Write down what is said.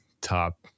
top